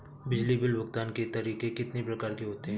बिजली बिल भुगतान के तरीके कितनी प्रकार के होते हैं?